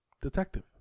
detective